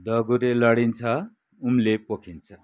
दगुरे लडिन्छ उम्ले पोखिन्छ